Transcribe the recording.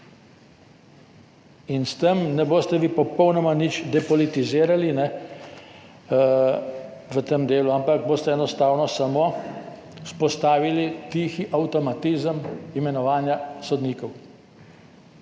In s tem ne boste vi popolnoma nič depolitizirali v tem delu, ampak boste enostavno samo vzpostavili tihi avtomatizem imenovanja sodnikov.